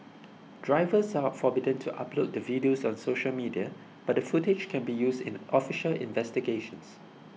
drivers are forbidden to upload the videos on social media but the footage can be used in official investigations